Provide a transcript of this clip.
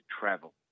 travel